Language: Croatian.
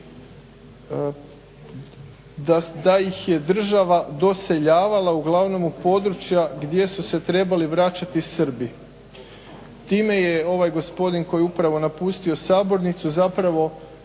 da ih je država useljavala uglavnom u područja gdje su se trebali vraćati srbi. Time je ovaj gospodin koji je upravo napustio Sabornicu zapravo